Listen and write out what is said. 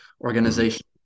organization